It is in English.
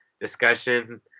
discussion